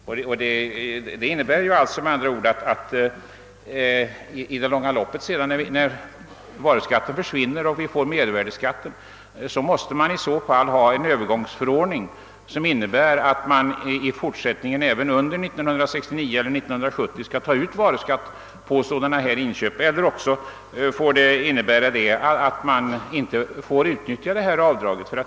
Detta innebär med andra ord att när varuskatten försvinner och vi får mervärdeskatt, måste det införas en övergångsförordning som föreskriver att man i fortsättningen även under 1969 eller 1970 skall ta ut varuskatt på sådana inköp. Eller också måste det innebära, att företagen inte får utnyttja detta avdrag.